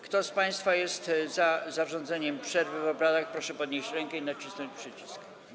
Kto z państwa jest za zarządzeniem przerwy w obradach, proszę podnieść rękę i nacisnąć przycisk.